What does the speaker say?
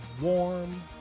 warm